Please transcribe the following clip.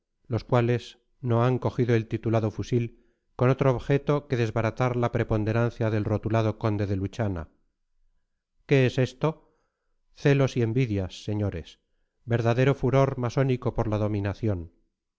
los cuales no han cogido el titulado fusil con otro objeto que desbaratar la preponderancia del rotulado conde de luchana qué es esto celos y envidias señores verdadero furor masónico por la dominación